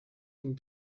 dem